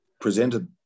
presented